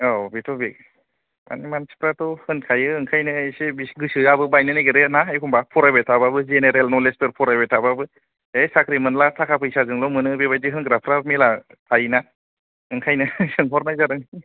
औ बेथ' बे माने मानसिफ्राथ' होनखायो ओंखायनो एसे गोसोआबो बायनो नागिरो ना एखम्बा फरायबाय थाबाबो जेनेरेल नलेजफोर फरायबाय थाबाबो ऐ साख्रि मोनला थाखा फैसाजोंल' मोनो बेबायदि होनग्राफ्रा मेला थायोना ओंखायनो सोंहरनाय जादों